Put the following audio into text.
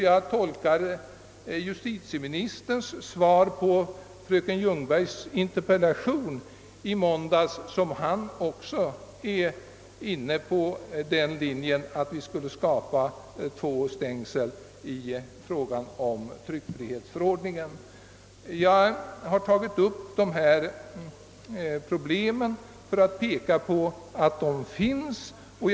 Jag tolkar justitieministerns svar på fröken Ljungbergs interpellation, vilket lämnades i måndags, som att han också är inne på denna linje. Jag har tagit upp dessa problem för att peka på att de existerar.